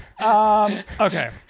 Okay